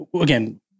again